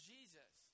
Jesus